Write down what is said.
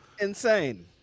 Insane